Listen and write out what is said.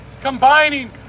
combining